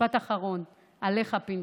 משפט אחרון עליך, פינדרוס.